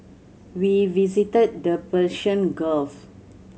we visited the Persian Gulf